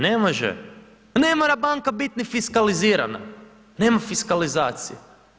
Ne može, pa ne mora banka biti ni fiskalizirana, nema fiskalizacije.